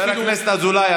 חבר הכנסת אזולאי,